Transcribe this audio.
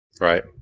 Right